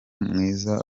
mwiza